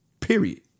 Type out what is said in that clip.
Period